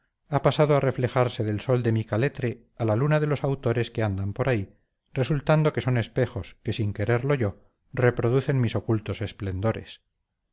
ha pasado a reflejarse del sol de mi caletre a la luna de los autores que andan por ahí resultando que son espejos que sin quererlo yo reproducen mis ocultos esplendores